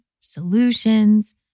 solutions